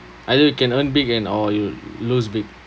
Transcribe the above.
either you can earn big and or you lose big